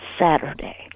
Saturday